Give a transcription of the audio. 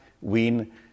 win